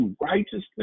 righteousness